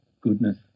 goodness